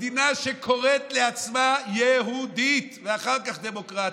במדינה שקוראת לעצמה יהודית, ואחר כך דמוקרטית.